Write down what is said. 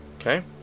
okay